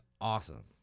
awesome